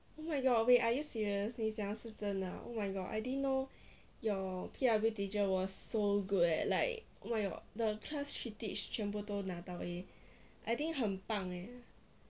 oh my god wait are you serious 你讲的是真的 ah oh my god I didn't know your P_W teacher was so good eh like oh my god the class she teach 全部都拿到 A I think 很棒 eh